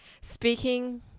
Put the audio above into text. Speaking